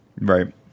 Right